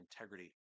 integrity